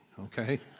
okay